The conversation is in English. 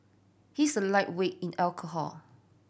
he's a lightweight in alcohol